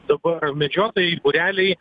dabar medžiotojai būreliai